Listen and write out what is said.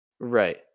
Right